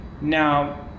now